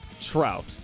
Trout